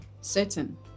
Certain